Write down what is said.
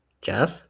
Jeff